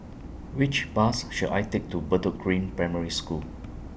Which Bus should I Take to Bedok Green Primary School